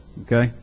okay